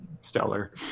stellar